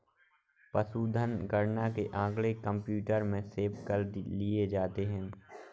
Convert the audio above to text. पशुधन गणना के आँकड़े कंप्यूटर में सेव कर लिए जाते हैं